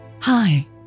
Hi